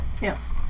Yes